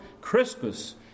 Crispus